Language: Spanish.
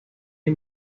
hay